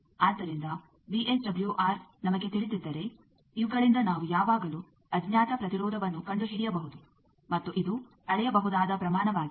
ಆದ್ದರಿಂದ ವಿಎಸ್ಡಬ್ಲ್ಯೂಆರ್ ನಮಗೆ ತಿಳಿದಿದ್ದರೆ ಇವುಗಳಿಂದ ನಾವು ಯಾವಾಗಲೂ ಅಜ್ಞಾತ ಪ್ರತಿರೋಧವನ್ನು ಕಂಡುಹಿಡಿಯಬಹುದು ಮತ್ತು ಇದು ಅಳೆಯಬಹುದಾದ ಪ್ರಮಾಣವಾಗಿದೆ